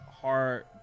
hard